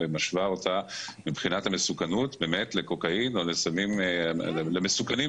תארי לך שלכל תרופה נרקוטית היה צריך כספת אחרת.